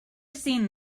seen